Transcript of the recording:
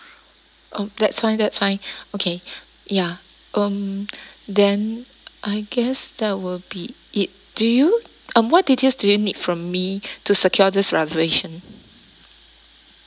um that's fine that's fine okay ya um then I guess that will be it do you um what details do you need from me to secure this reservation